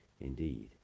Indeed